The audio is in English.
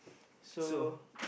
so